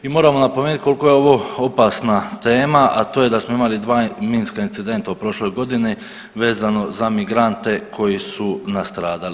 I moramo napomenuti koliko je ovo opasna tema, a to je da smo imali dva minska incidenta u prošloj godini vezano za migrante koji su nastradali.